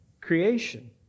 creation